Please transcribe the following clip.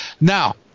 Now